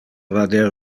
vader